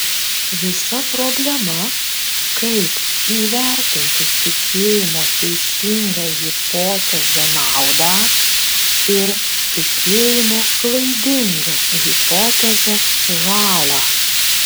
visa problema kaip įvertinti tikėjimo teisinga hipoteze naudą ir tikėjimo klaidinga hipoteze žalą